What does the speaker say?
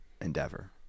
endeavor